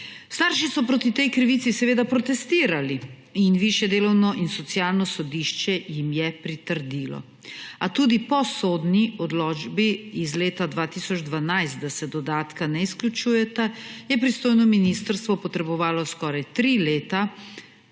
Starši so proti tej krivici seveda protestirali in Višje delovno in socialno sodišče jim je pritrdilo. A tudi po sodni odločbi iz leta 2012, da se dodatka ne izključujeta, je pristojno ministrstvo potrebovalo skoraj tri leta,